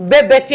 בבית יעקוב,